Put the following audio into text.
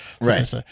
Right